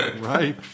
Right